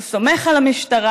הוא סומך על המשטרה,